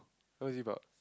what is it about